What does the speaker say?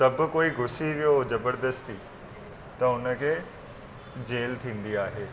तब कोई घुसी वियो ज़बरदस्ती त हुन खे जेल थींदी आहे